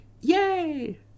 yay